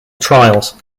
trials